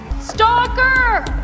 Stalker